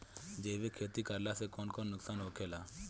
जैविक खेती करला से कौन कौन नुकसान होखेला?